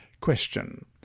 Question